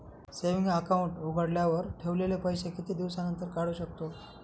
Saving account उघडल्यावर ठेवलेले पैसे किती दिवसानंतर काढू शकतो?